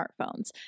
smartphones